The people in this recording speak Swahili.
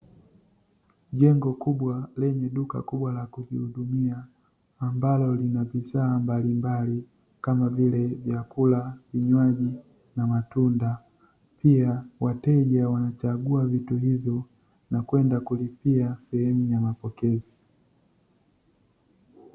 Jengo kubwa lenye duka kubwa la kujihudumia ambalo lina bidhaa mbalimbali kama vile vyakula, vinywaji, na matunda, pia wateja wanachagua vitu hivyo na kwenda kulipia sehemu ya mapokezi.